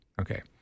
Okay